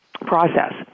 process